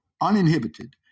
uninhibited